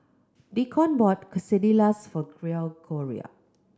Deacon bought Quesadillas for